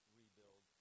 rebuild